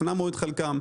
הפנמנו את חלקן.